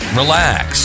relax